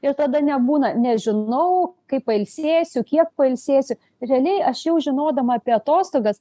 ir tada nebūna nežinau kaip pailsėsiu kiek pailsėsiu realiai aš jau žinodama apie atostogas